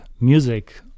music